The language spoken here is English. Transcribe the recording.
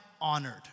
Honored